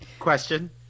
question